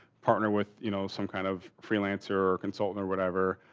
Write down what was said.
partner with, you know, some kind of freelancer or consultant, or whatever,